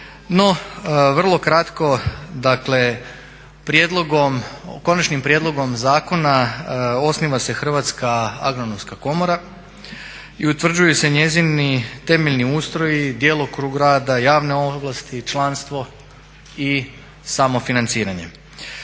No, vrlo kratko. Dakle, prijedlogom, konačnim prijedlogom zakona osniva se Hrvatska agronomska komora i utvrđuju se njezini temeljni ustroj, djelokrug rada, javne ovlasti, članstvo i samofinanciranje.